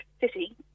City